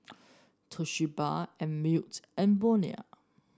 Toshiba Einmilk and Bonia